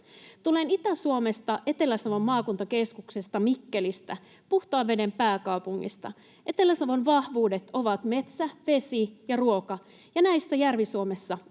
Tulen Itä-Suomesta, Etelä-Savon maakuntakeskuksesta Mikkelistä, puhtaan veden pääkaupungista. Etelä-Savon vahvuudet ovat metsä, vesi ja ruoka, ja näistä Järvi-Suomessa